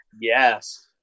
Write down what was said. Yes